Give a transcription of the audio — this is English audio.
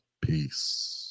peace